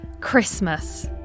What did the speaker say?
Christmas